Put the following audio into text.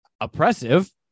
oppressive